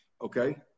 Okay